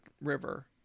river